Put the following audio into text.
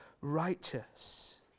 righteous